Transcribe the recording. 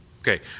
Okay